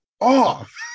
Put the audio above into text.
Off